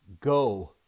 Go